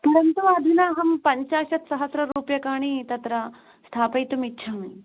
परन्तु अधुना अहं पञ्चाशत्सहस्ररुप्यकाणि तत्र स्थापयितुम् इच्छामि